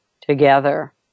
together